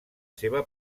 seva